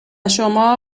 شما